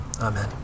Amen